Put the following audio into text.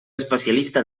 especialista